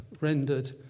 rendered